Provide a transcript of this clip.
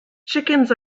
chickens